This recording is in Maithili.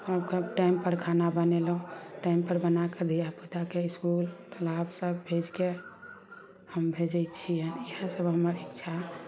हमसभ टाइम पर खाना बनेलहुॅं टाइम पर बनाके धियापुताके इसकूल क्लास सभ भेजके हम भेजै छियनि इएह सभ हमर इच्छा